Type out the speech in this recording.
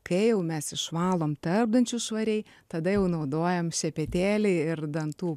kai jau mes išvalom tarpdančius švariai tada jau naudojam šepetėlį ir dantų